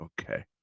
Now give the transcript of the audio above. Okay